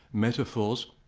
metaphors,